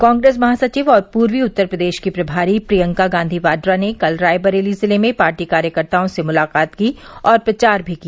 कांग्रेस महासचिव और पूर्वी उत्तर प्रदेश की प्रभारी प्रियंका गांधी वाड्रा ने कल रायबरेली जिले में पार्टी कार्यकर्ताओं से मुलाकात की और प्रचार भी किया